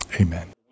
amen